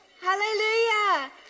Hallelujah